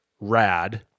rad